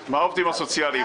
מה העובדים הסוציאליים?